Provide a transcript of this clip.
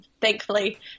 thankfully